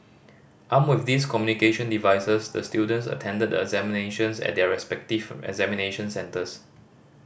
armed with these communication devices the students attended the examinations at their respective examination centres